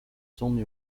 tommy